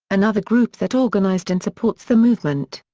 another group that organized and supports the movement.